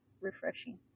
refreshing